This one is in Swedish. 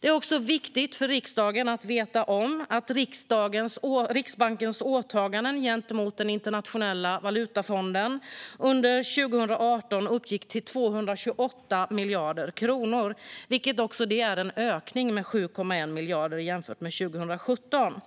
Det är också viktigt för riksdagen att veta att Riksbankens åtaganden gentemot Internationella valutafonden under 2018 uppgick till 228 miljarder kronor, vilket är en ökning med 7,1 miljarder jämfört med 2017.